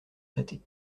traités